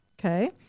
okay